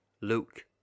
Luke